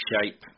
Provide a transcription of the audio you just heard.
shape